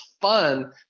fun